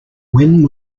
when